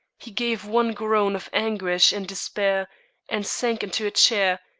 he gave one groan of anguish and despair and sank into a chair,